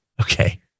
Okay